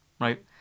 right